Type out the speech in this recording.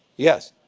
yes.